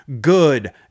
Good